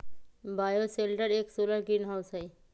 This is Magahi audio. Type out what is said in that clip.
बायोशेल्टर एक सोलर ग्रीनहाउस हई